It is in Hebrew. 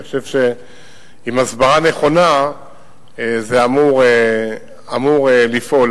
אני חושב שעם הסברה נכונה זה אמור לפעול,